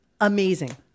amazing